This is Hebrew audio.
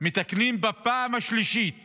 מתקנים בפעם השלישית